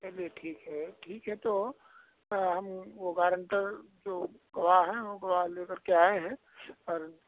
चलिए ठीक है ठीक है तो हम वो गारन्टर जो गवाह हैं वो गवाह लेकर के आए हैं और